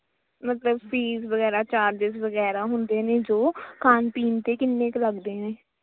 ਮਤਲਬ ਫੀਸ ਵਗੈਰਾ ਚਾਰਜਿਸ ਵਗੈਰਾ ਹੁੰਦੇ ਨੇ ਜੋ ਖਾਣ ਪੀਣ 'ਤੇ ਕਿੰਨੇ ਕੁ ਲੱਗਦੇ ਨੇ